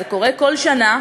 זה קורה כל שנה.